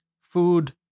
Food